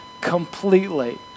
completely